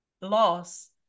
loss